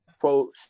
quote